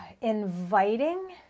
inviting